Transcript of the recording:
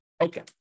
Okay